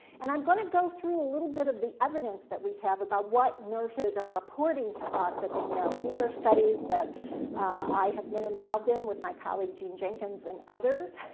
and i'm going to go through a little bit of the evidence that we have about what nurses are reporting to us that they know. and these are studies that i have been involved in with my colleague, jean jenkins, and others,